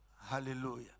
Hallelujah